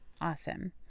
Awesome